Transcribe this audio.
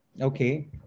Okay